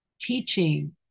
teaching